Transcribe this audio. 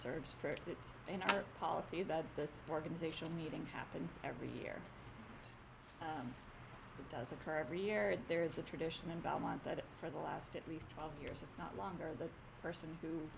been our policy that this organization meeting happens every year it does occur every year there is a tradition in belmont that for the last at least twelve years if not longer the person who